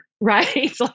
right